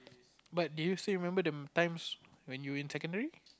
but do you still remember them times when you in secondary